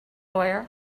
lawyer